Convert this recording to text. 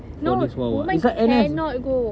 no woman cannot go